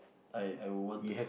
I I would want to